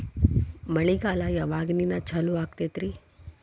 ಮಳೆಗಾಲ ಯಾವಾಗಿನಿಂದ ಚಾಲುವಾಗತೈತರಿ?